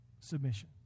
submission